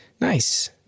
Nice